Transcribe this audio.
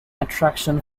attraction